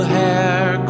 hair